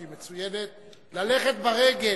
שהיא מצוינת: ללכת ברגל,